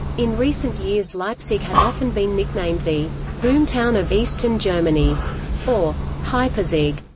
in recent years leipzig has often been nicknamed the boomtown of eastern germany or hypezig.